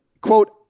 quote